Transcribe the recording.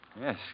Yes